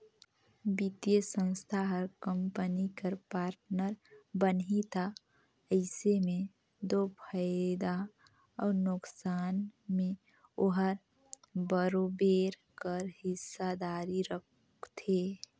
बित्तीय संस्था हर कंपनी कर पार्टनर बनही ता अइसे में दो फयदा अउ नोसकान में ओहर बरोबेर कर हिस्सादारी रखथे